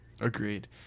Agreed